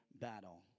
battle